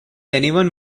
anyone